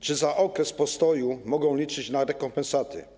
Czy za okres postoju mogą liczyć na rekompensaty?